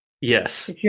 Yes